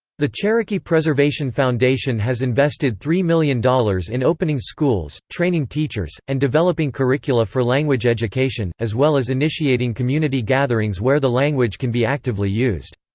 the cherokee preservation foundation has invested three million dollars in opening schools, training teachers, and developing curricula for language education, as well as initiating community gatherings where the language can be actively used.